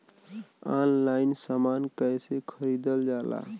Online समान कैसे खरीदल जाला?